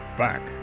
back